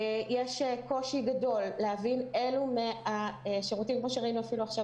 יש קושי גדול להבין כמו שראינו אפילו עכשיו